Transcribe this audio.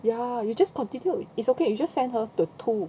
ya you just continue it's okay you just send her the two